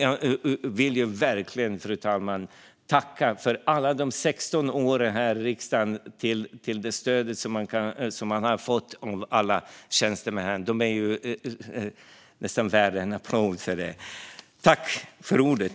Jag vill verkligen tacka för alla de 16 åren i riksdagen och för det stöd som jag har fått av alla tjänstemän. De är nästan värda en applåd för det.